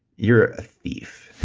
you're a thief.